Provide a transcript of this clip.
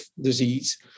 disease